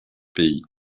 pays